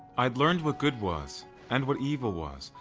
i'd learned what good was and what evil was,